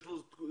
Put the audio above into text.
יש לך שתי